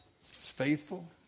faithful